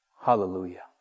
Hallelujah